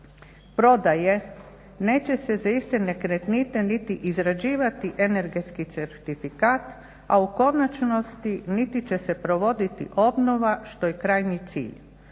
prodaje neće se za iste nekretnine niti izrađivati energetski certifikat a u konačnosti niti će se provoditi obnova što je krajnji cilj.